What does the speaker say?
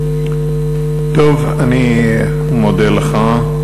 אני מודה לך.